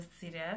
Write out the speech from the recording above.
serious